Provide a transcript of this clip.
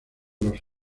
los